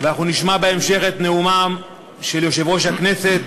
ואנחנו נשמע בהמשך את נאומיהם של יושב-ראש הכנסת,